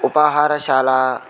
उपाहारशाला